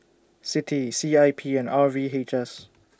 CITI C I P and R V H S